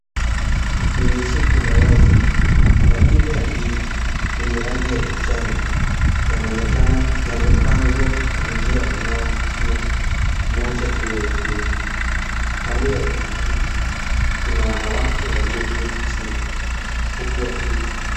Kwenye soko la wazi matunda ya ndizi yenye rangi ya kijani yanaonekana yamepangwa kwa njia unaovutia moja juu ya nyingine. Kando ya ndizi hizi kuna wanawake walioketi chini huku wakiuza.